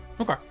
Okay